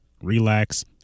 relax